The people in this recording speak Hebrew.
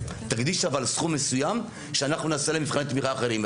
תקדיש אבל סכום מסוים שאנחנו נעשה למבחני תמיכה אחרים.